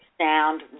sound